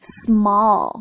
small